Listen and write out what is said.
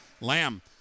Lamb